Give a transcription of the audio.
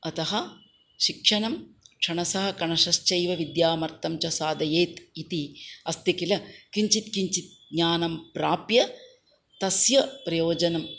अतः शिक्षणं क्षणशः कणशश्चैव विद्याम् अर्थं च साधयेत् इति अस्ति किल किञ्चित् किञ्चित् ज्ञानं प्राप्य तस्य प्रयोजनम्